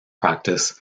practice